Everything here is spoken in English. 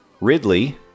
Ridley